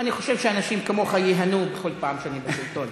אני חושב שאנשים כמוך ייהנו בכל פעם שאני בשלטון.